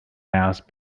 mouse